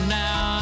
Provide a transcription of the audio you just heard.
now